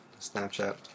Snapchat